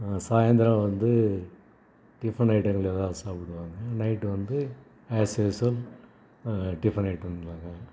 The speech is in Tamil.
சாயந்தரம் வந்து டிஃபன் ஐட்டங்கள் ஏதாவது சாப்பிடுவேங்க நைட்டு வந்து ஆஸ் யூஷுவல் டிஃபன் ஐட்டம் தாங்க